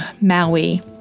Maui